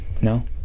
No